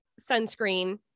sunscreen